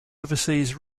oversees